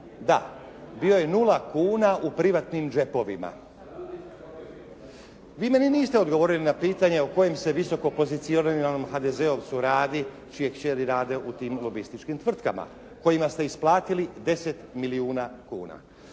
Da, bio je nula kuna u privatnim džepovima. Vi meni niste odgovorili na pitanje o kojem se visokopozicioniranom HDZ-ovcu radi čije kćeri rade u tim lobističkim tvrtkama kojima ste isplatili 10 milijuna kuna.